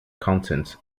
content